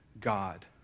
God